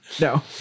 No